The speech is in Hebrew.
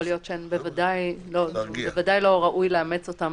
יכול להיות שבוודאי לא ראוי לאמץ אותן